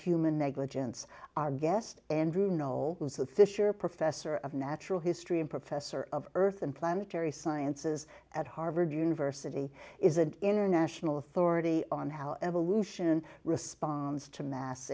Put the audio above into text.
human negligence our guest andrew know the fisher professor of natural history and professor of earth and planetary sciences at harvard university is an international authority on how evolution responds to mass